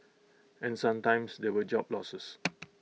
and sometimes there were job losses